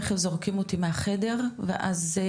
תיכף זורקים אותי מהחדר הזה.